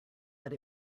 but